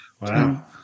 Wow